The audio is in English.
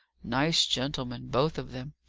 nice gentlemen, both of them!